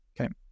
Okay